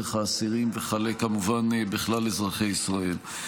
דרך האסירים וכלה כמובן בכלל אזרחי ישראל.